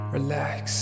Relax